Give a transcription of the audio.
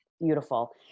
Beautiful